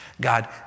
God